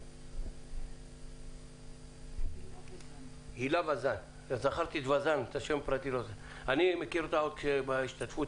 את חברת הכנסת וזאן אני מכיר מההשתתפות